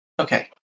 Okay